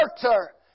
Character